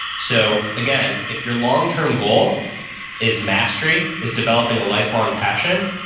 so again, if your longterm goal is mastery, is developing a lifelong passion,